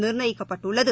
நிர்ணயிக்கப்பட்டுள்ளது